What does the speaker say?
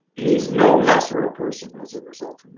he's no lesser a person as a result